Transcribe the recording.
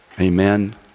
Amen